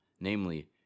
namely